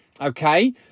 okay